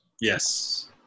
Yes